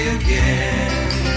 again